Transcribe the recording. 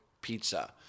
pizza